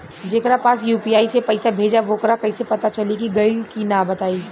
जेकरा पास यू.पी.आई से पईसा भेजब वोकरा कईसे पता चली कि गइल की ना बताई?